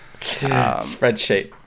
spreadsheet